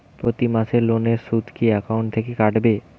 প্রতি মাসে লোনের সুদ কি একাউন্ট থেকে কাটবে?